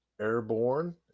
airborne